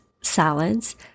salads